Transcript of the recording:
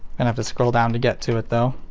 and have to scroll down to get to it, though.